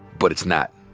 but it's not.